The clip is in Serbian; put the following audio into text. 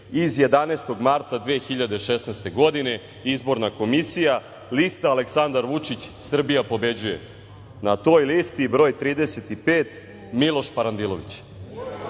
iz 11. marta 2016. godine, Izborna komisija, lista – Aleksandar Vučić – „Srbija pobeđuje“. Na toj listi broj 35. Miloš Parandilović.